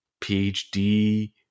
phd